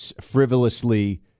Frivolously